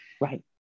Right